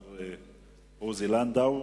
השר עוזי לנדאו,